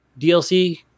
dlc